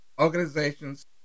organizations